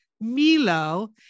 Milo